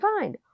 find